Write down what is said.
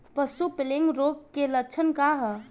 पशु प्लेग रोग के लक्षण का ह?